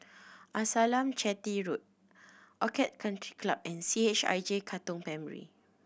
Amasalam Chetty Road Orchid Country Club and C H I J Katong Primary